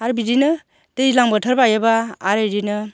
आरो बिदिनो दैलां बोथोर बायोबा आर इदिनो